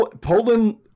Poland